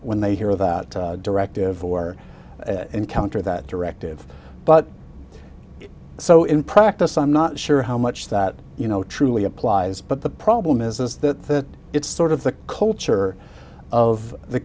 when they hear that directive or encounter that directive but so in practice i'm not sure how much that you know truly applies but the problem is that it's sort of the culture of the